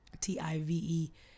T-I-V-E